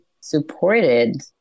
supported